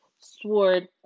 sword